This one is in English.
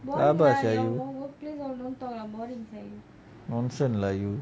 rabak sia you nonsense lah you